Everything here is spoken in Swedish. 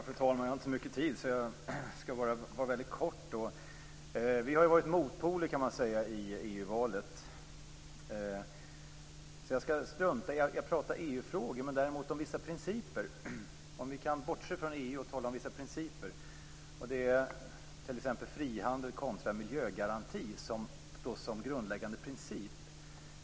Fru talman! Jag har inte så mycket talartid kvar, så jag skall bli kortfattad. Vi har varit motpoler i EU-valet. Jag skall därför strunta i att prata EU-frågor, men i stället diskutera några principer. Låt oss bortse från EU och i stället tala om vissa principer, t.ex. frihandel kontra miljögaranti som grundläggande princip.